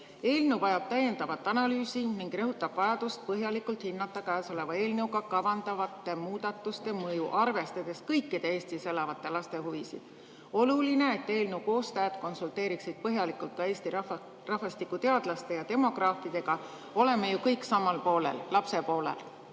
eelnõu vajab täiendavat analüüsi ning rõhutab vajadust põhjalikult hinnata käesoleva eelnõuga kavandatavate muudatuste mõju, arvestades kõikide Eestis elavate laste huvisid. Oluline, et eelnõu koostajad konsulteeriksid põhjalikult ka Eesti rahvastikuteadlaste ja demograafidega. Oleme ju kõik samal poolel – lapse poolel."